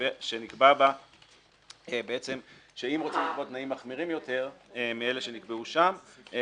שנקבע בה שאם רוצים לקבוע תנאים מחמירים יותר מאלה שנקבעו שם,